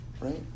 right